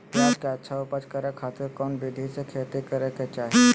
प्याज के अच्छा उपज करे खातिर कौन विधि से खेती करे के चाही?